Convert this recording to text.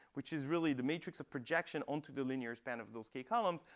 which is really the matrix of projection onto the linear span of those k columns.